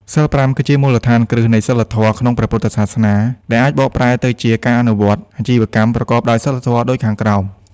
សីល៥ គឺជាមូលដ្ឋានគ្រឹះនៃសីលធម៌ក្នុងព្រះពុទ្ធសាសនា ដែលអាចបកប្រែទៅជាការអនុវត្តអាជីវកម្មប្រកបដោយសីលធម៌ដូចខាងក្រោម